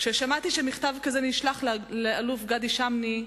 כששמעתי שמכתב כזה נשלח לאלוף גדי שמני,